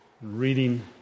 Reading